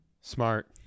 smart